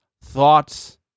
thoughts